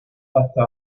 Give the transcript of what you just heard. hasta